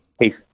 Hey